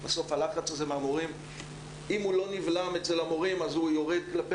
אם הלחץ לא נבלם אצל המורים הוא יורד כלפי